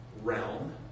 realm